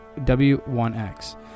W1X